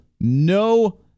no